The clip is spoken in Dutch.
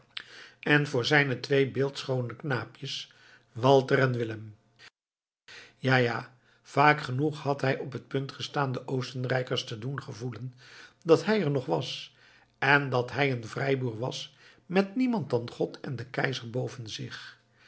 en voor zijne twee beeldschoone knaapjes walter en willem ja ja vaak genoeg had hij op het punt gestaan de oostenrijkers te doen gevoelen dat hij er nog was en dat hij een vrijboer was met niemand dan god en den keizer boven zich